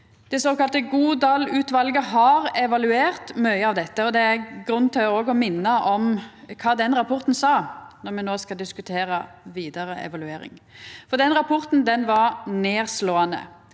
Det såkalla Godal-utvalet har evaluert mykje av dette, og det er grunn til òg å minna om kva den rapporten sa, når me no skal diskutera vidare evaluering. Den rapporten var nemleg